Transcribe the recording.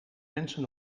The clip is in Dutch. mensen